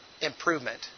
improvement